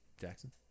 Jackson